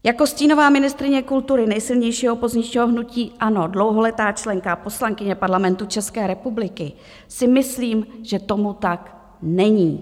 Jako stínová ministryně kultury nejsilnějšího opozičního hnutí ANO a dlouholetá členka a poslankyně Parlamentu České republiky si myslím, že tomu tak není.